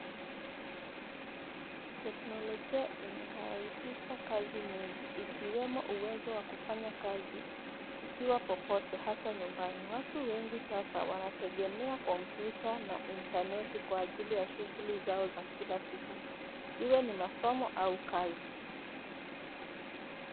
Teknolojia imerehisisha kazi nyingi ikiwemo uwezo wa kufanya kazi ukiwa popote, hata nyumbani. Watu wengi sasa wanategemea kompyuta na intaneti kwa ajili ya shughuli za za kila siku, iwe ni masomo au kazi.